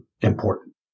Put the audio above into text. important